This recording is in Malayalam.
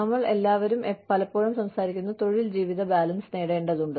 നമ്മൾ എല്ലാവരും പലപ്പോഴും സംസാരിക്കുന്ന തൊഴിൽ ജീവിത ബാലൻസ് നേടേണ്ടതുണ്ട്